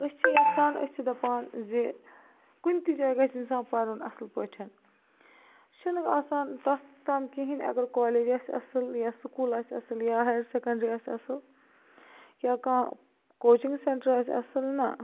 أسۍ چھِ یَژھان أسۍ چھِ دَپان زِ کُنہِ تہِ جایہِ گَژھہِ اِنسان پَرُن اَصٕل پٲٹھۍ چھُنہٕ آسان تَتھ تام کِہیٖنۍ اگر کالج آسہِ اَصٕل یا سکوٗل آسہِ اَصٕل یا ہایر سیٚکنڈری آسہِ اَصٕل یا کانٛہہ کوچنٛگ سٮ۪نٛٹر آسہِ اَصٕل نَہ